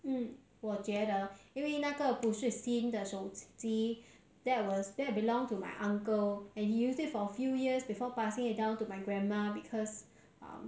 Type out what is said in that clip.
mm 我觉得因为那个不是新的手机 that was that belongs to my uncle and he used it for a few years before passing it down to my grandma because um